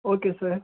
okay sir